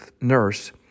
nurse